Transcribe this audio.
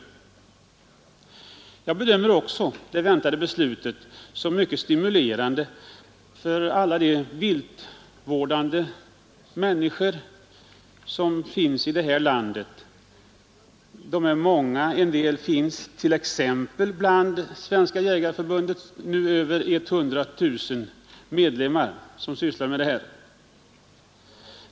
Jag bedömer också det väntade beslutet som mycket stimulerande är i landet. De är många. för alla de viltvårdande människor som finns En del av dem finns t.ex. bland Svenska jägareförbundets nu över 100 000 medlemmar, som är aktiva viltvårdare.